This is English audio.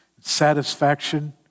satisfaction